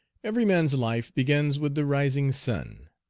every man's life begins with the rising sun.